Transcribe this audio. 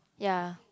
ya